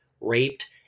raped